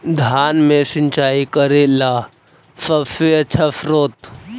धान मे सिंचाई करे ला सबसे आछा स्त्रोत्र?